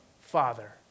Father